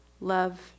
love